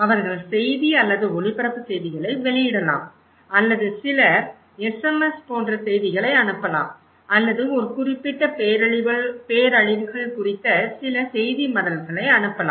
அவர்கள் செய்தி அல்லது ஒளிபரப்பு செய்திகளை வெளியிடலாம் அல்லது சிலர் SMS போன்ற செய்திகளை அனுப்பலாம் அல்லது ஒரு குறிப்பிட்ட பேரழிவுகள் குறித்த சில செய்திமடல்களை அனுப்பலாம்